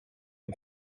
une